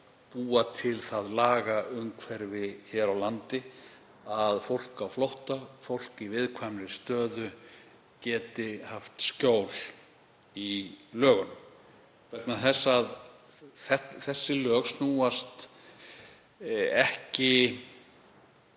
búa til það lagaumhverfi hér á landi að fólk á flótta, fólk í viðkvæmri stöðu, geti haft skjól í lögunum, vegna þess að þessi lög snúast í